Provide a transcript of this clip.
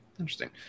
interesting